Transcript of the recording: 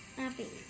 happy